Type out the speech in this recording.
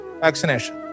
vaccination